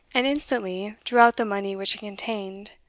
and instantly drew out the money which it contained,